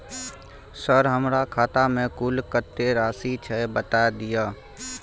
Sir हमरा खाता में कुल कत्ते राशि छै बता दिय?